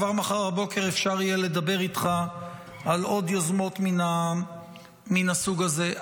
כבר מחר בבוקר אפשר יהיה לדבר איתך על עוד יוזמות מן הסוג הזה.